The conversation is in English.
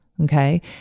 Okay